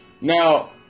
Now